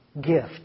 gift